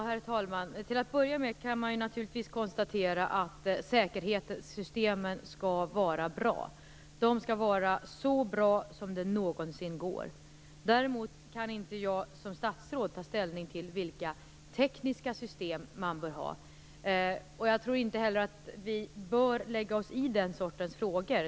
Herr talman! Till att börja med kan man naturligtvis konstatera att säkerhetssystemen skall vara bra. De skall vara så bra som någonsin är möjligt. Däremot kan inte jag som statsråd ta ställning till vilka tekniska system man bör ha. Jag tror inte heller att vi bör lägga oss i den typen av frågor.